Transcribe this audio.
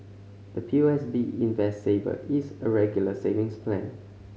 the P O S B Invest Saver is a Regular Savings Plan